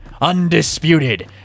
undisputed